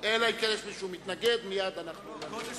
אלא אם כן יש מי שמתנגד, לא, קודש